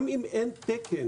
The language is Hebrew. גם אם אין תקן,